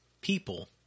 people